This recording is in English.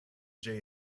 jay